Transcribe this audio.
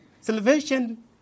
salvation